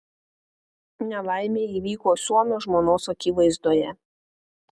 nelaimė įvyko suomio žmonos akivaizdoje